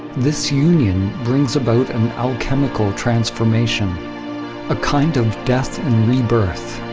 this union brings about an alchemical transformation a kind of death and rebirth.